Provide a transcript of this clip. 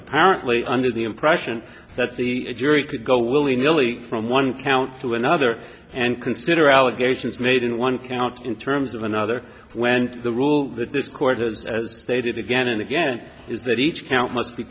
apparently under the impression that the jury could go willy nilly from one count to another and consider allegations made in one count in terms of another when the rule that the court is as stated again and again is that each count must be